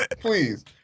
Please